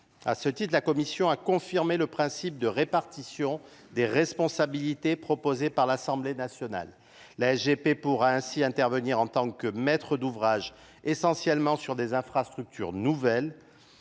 À ce titre, la Commission a confirmé le principe de répartition des responsabilités proposé par l'assemblée nationale la P pourra ainsi intervenir en tant que maître d'ouvrage essentiellement sur des infrastructures nouvelles.